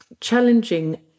challenging